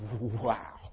wow